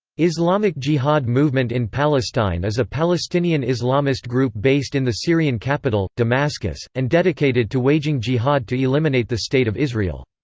islamic jihad movement in palestine is a palestinian islamist group based in the syrian capital, damascus, and dedicated to waging jihad to eliminate the state of israel.